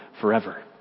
forever